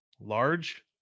Large